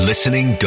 Listening